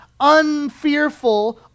unfearful